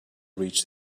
reach